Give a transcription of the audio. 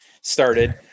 started